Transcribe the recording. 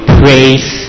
praise